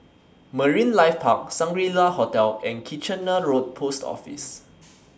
Marine Life Park Shangri La Hotel and Kitchener Road Post Office